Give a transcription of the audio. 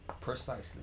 Precisely